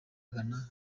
ghana